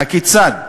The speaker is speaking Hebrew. הכיצד?